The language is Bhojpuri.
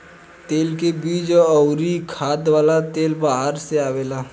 तेल के बीज अउरी खाए वाला तेल बाहर से आवेला